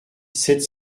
sept